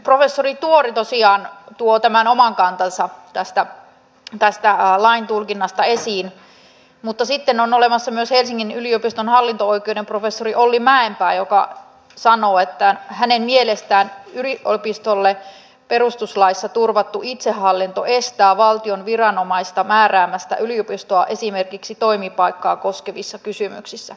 professori tuori tosiaan tuo tämän oman kantansa tästä lain tulkinnasta esiin mutta sitten on olemassa myös helsingin yliopiston hallinto oikeuden professori olli mäenpää joka sanoo että hänen mielestään yliopistolle perustuslaissa turvattu itsehallinto estää valtion viranomaista määräämästä yliopistoa esimerkiksi toimipaikkaa koskevissa kysymyksissä